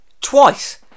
twice